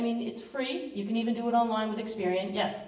i mean it's free you can even do it online with experience